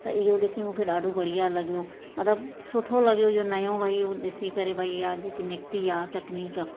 त इहो ॾिसी मूंखे ॾाढो बढ़िया लॻियो मतिलबु सुठो लॻियो इहो नयों भई ॾिसी करे भई इहा जेकी निकिती आहे तकनीक